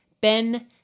Ben